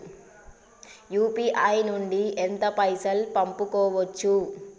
UPI నుండి ఎంత పైసల్ పంపుకోవచ్చు?